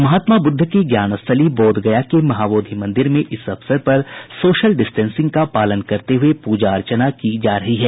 महात्मा बुद्ध की ज्ञानस्थली बोध गया के महाबोधि मंदिर में इस अवसर पर सोशल डिस्टेंसिंग का पालन करते हुए प्रजा अर्चना की जा रही है